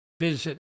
visit